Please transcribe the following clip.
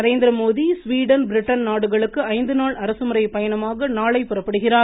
Narendra Modi Sweden Britain நாடுகளுக்கு ஐந்துநாள் அரசு முறை பயணமாக நாளை புறப்படுகிறார்